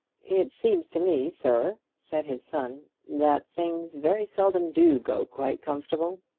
it seems to me, sir, said his son, that things very seldom do go quite comfortable.